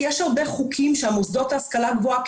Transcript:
כי יש הרבה חוקים שהמוסדות להשכלה גבוהה,